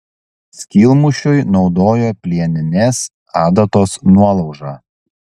skylmušiui naudojo plieninės adatos nuolaužą